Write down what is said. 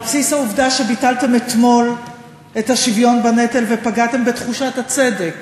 על בסיס העובדה שביטלתם אתמול את השוויון בנטל ופגעתם בתחושת הצדק